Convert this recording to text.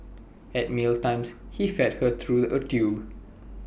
at meal times he fed her through A tube